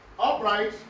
Upright